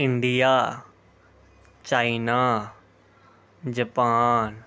India China Japan